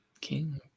king